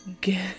get